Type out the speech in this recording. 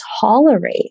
tolerate